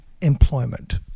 employment